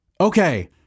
Okay